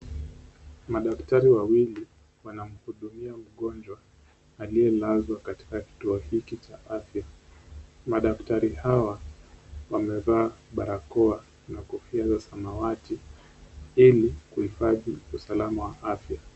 Madaktari wawili wanamuhidia mgonjwa aliye lazwa katika kituo hiki cha afya, madaktari hawa wamevaa barakoa na kofia za samawati ili kuhifadhi usalama wa afya